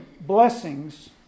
blessings